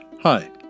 Hi